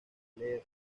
leer